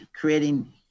creating